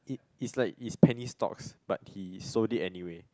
it is like his penny stocks but he sold it anyway